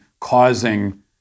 causing